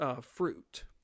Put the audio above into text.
fruit